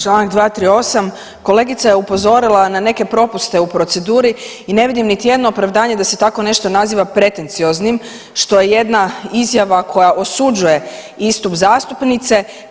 Članak 238., kolegica je upozorila na neke propuste u proceduri i ne vidim niti jedno opravdanje da se tako nešto naziva pretencioznim što je jedna izjava koja osuđuje istup zastupnice.